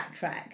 backtrack